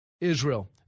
Israel